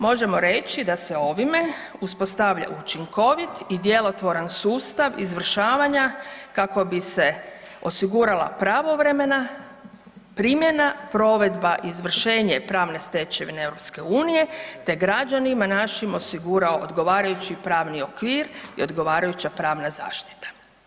Možemo reći da se ovime uspostavlja učinkovit i djelotvoran sustav izvršavanja kako bi se osigurala pravovremena primjena, provedba i izvršenje pravne stečevina EU-a te građanima našim osigurao odgovarajući pravni okvir i odgovarajuća pravna zaštita.